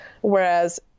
Whereas